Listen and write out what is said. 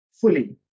fully